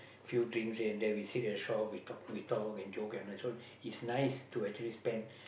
few drinks here and there we sit at the shop we talk we talk and joke and the it's nice to actually spend